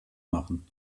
machen